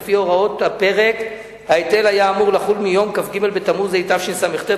לפי הוראות הפרק ההיטל היה אמור לחול מיום כ"ג בתמוז התשס"ט,